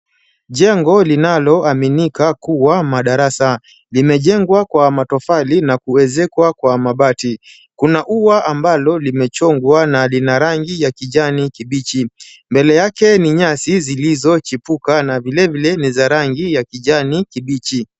Jengo linaloaminika kuwa madarasa, limejengwa kwa matofali na kuezekwa kwa mabati. Kuna ua ambalo limechongwa na lina rangi ya kijani kibichi, Mbele yake ni nyasi zilizochipuka na vilevile za rangi ya kijani kibichi.